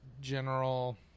general